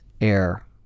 air